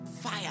fire